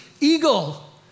eagle